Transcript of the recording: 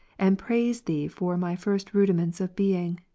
and praise thee for my first rudiments of being,